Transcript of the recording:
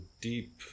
deep